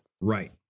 Right